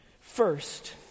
First